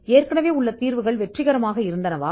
தற்போதுள்ள தீர்வுகள் வெற்றிகரமாக உள்ளதா